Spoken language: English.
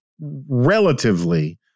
relatively